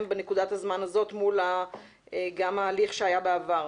בנקודת הזמן הזאת גם מול ההליך שהיה בעבר.